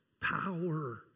power